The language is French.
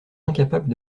incapable